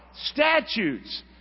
Statutes